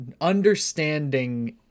understanding